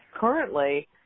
currently